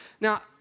Now